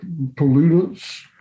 Pollutants